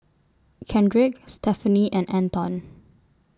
Kendrick Stephanie and Anton